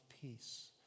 peace